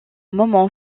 moments